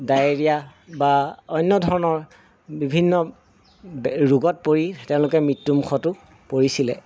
diarrhoea বা অন্য ধৰণৰ বিভিন্ন ৰোগত পৰি তেওঁলোকে মৃত্যুমুখতো পৰিছিলে